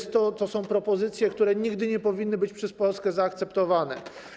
To są propozycje, które nigdy nie powinny być przez Polskę zaakceptowane.